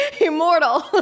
immortal